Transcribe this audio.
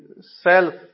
self